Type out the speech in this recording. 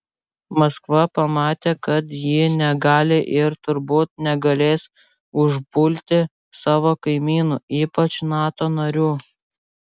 maskva pamatė kad ji negali ir turbūt negalės užpulti savo kaimynų ypač nato narių